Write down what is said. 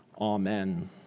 Amen